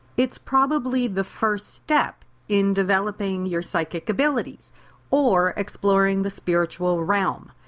it's probably the first step in developing your psychic abilities or exploring the spiritual realm.